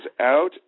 out